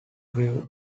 grew